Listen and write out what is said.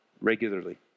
regularly